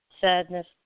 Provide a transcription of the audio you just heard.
sadness